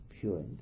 pure